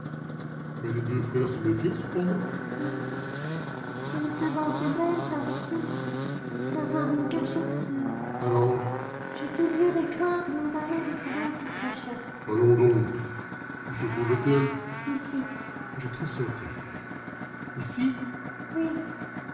mais les deux frères se défiaient cependant oui et ils se vantaient même paraît-il d'avoir une cachette sûre alors j'ai tout lieu de croire que mon mari a découvert cette cachette allons donc où se trouvait-elle ici je tressautai ici oui et